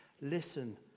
Listen